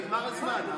נגמר הזמן.